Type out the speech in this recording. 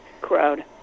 crowd